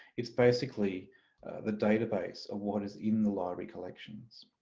it's basically the database of what is in the library collections.